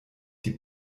die